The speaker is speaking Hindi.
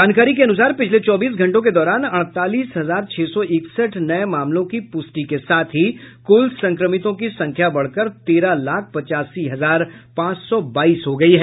जानकारी के अनुसार पिछले चौबीस घंटों के दौरान अड़तालीस हजार छह सौ इकसठ नये मामलों की पुष्टि के साथ ही कुल संक्रमितों की सख्या बढ़कर तेरह लाख पचासी हजार पांच सौ बाईस हो गयी है